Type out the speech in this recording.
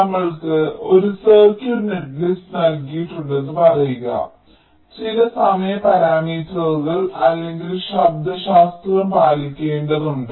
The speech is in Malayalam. നമ്മൾക്കു ഒരു സർക്യൂട്ട് നെറ്റ്ലിസ്റ്റ് നൽകിയിട്ടുണ്ടെന്ന് പറയുക നമ്മൾക്കു ചില സമയ പാരാമീറ്ററുകൾ അല്ലെങ്കിൽ ശബ്ദശാസ്ത്രം പാലിക്കേണ്ടതുണ്ട്